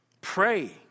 Pray